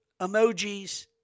emojis